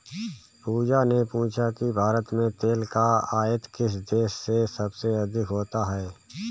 पूजा ने पूछा कि भारत में तेल का आयात किस देश से सबसे अधिक होता है?